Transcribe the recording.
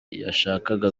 yashakaga